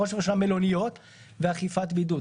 בראש ובראשונה מלוניות ואכיפת בידוד.